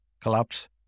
collapse